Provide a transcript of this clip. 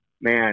man